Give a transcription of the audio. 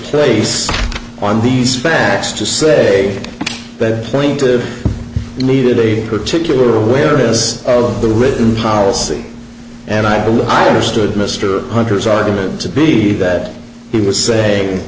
place on these facts to say that plaintive needed a particular awareness of the written policy and i think the understood mr hunter's argument to be that he was saying